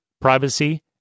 privacy